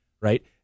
right